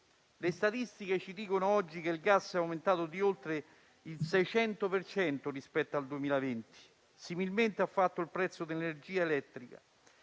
Le statistiche ci dicono oggi che il prezzo del gas è aumentato di oltre il 600 per cento rispetto al 2020, similmente ha fatto il prezzo dell'energia elettrica